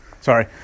sorry